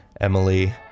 Emily